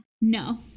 No